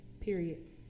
Period